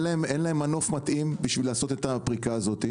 אין להם מנוף מתאים בשביל הפריקה הזאת,